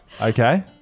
okay